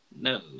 no